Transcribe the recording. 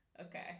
okay